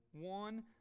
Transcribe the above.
one